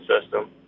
system